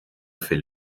fait